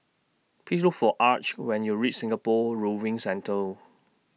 Please Look For Arch when YOU REACH Singapore Rowing Centre